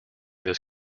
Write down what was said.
this